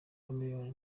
chameleone